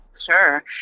Sure